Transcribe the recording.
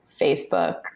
Facebook